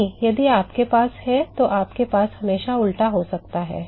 नहीं यदि आपके पास है तो हमारे पास हमेशा उल्टा हो सकता है